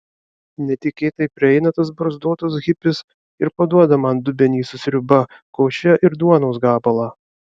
netikėtai prieina tas barzdotas hipis ir paduoda man dubenį su sriuba koše ir duonos gabalą